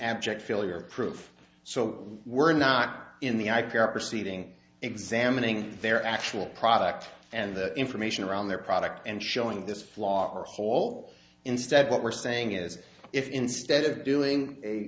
abject failure of proof so we're not in the i care proceeding examining their actual product and the information around their product and showing this flaw or whole instead what we're saying is if instead of doing